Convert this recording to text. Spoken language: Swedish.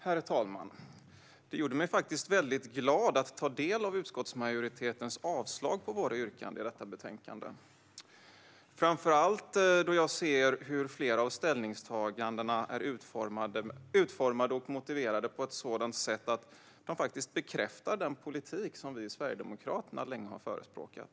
Herr talman! Det gjorde mig faktiskt väldigt glad att ta del av utskottsmajoritetens avslag på våra yrkanden i detta betänkande, framför allt då jag ser hur flera av ställningstagandena är utformade och motiverade på ett sådant sätt att de faktiskt bekräftar den politik som vi i Sverigedemokraterna länge har förespråkat.